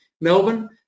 Melbourne